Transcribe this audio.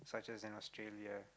such as in Australia